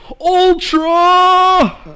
ultra